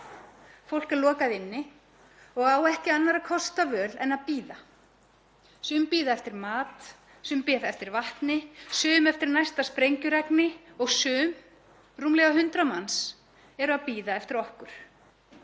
Fólk er lokað inni og á ekki annarra kosta völ en að bíða. Sum bíða eftir mat, sum bíða eftir vatni, sum eftir næsta sprengjuregni og sum, rúmlega 100 manns, eru að bíða eftir okkur.